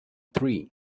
three